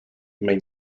may